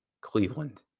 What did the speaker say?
Cleveland